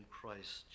christ